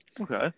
Okay